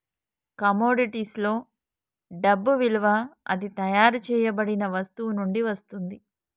కమోడిటీస్లో డబ్బు విలువ అది తయారు చేయబడిన వస్తువు నుండి వస్తుంది